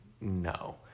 no